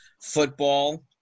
football